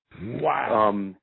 Wow